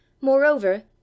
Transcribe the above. Moreover